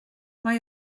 mae